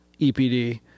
EPD